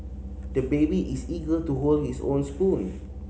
the baby is eager to hold his own spoon